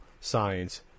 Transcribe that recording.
science